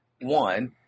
one